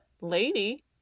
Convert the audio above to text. lady